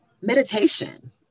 Meditation